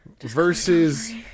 versus